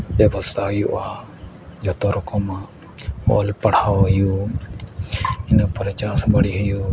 ᱵᱮᱵᱚᱥᱛᱷᱟ ᱦᱩᱭᱩᱜᱼᱟ ᱡᱚᱛᱚ ᱨᱚᱠᱚᱢᱟᱜ ᱚᱞ ᱯᱟᱲᱦᱟᱣ ᱦᱩᱭᱩᱜ ᱤᱱᱟᱹ ᱯᱚᱨᱮ ᱪᱟᱥ ᱵᱟᱲᱤ ᱦᱩᱭᱩᱜ